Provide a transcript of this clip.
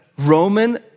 Roman